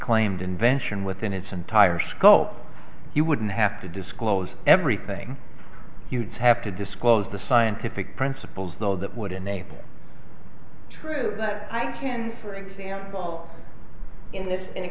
claimed invention within its entire scope you wouldn't have to disclose everything you'd have to disclose the scientific principles though that would enable true that i can for example in this in a